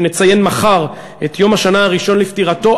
ומחר נציין את יום השנה הראשון לפטירתו,